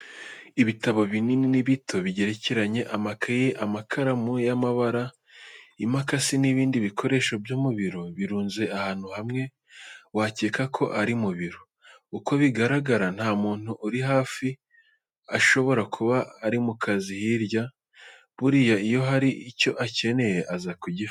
Ibitabo binini n'ibito bigerekeranye, amakayi, amakaramu y'amabara, imakasi n'ibindi bikoresho byo mu biro birunze ahantu hamwe, wakeka ko ari mu biro. Uko bigaragara nta muntu uri hafi, ashobora kuba ari mu kazi hirya. Buriya iyo hari icyo akeneye aza kugifata.